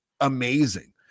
amazing